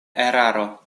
eraro